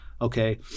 Okay